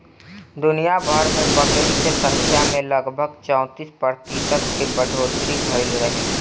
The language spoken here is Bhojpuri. दुनियाभर में बकरी के संख्या में लगभग चौंतीस प्रतिशत के बढ़ोतरी भईल रहे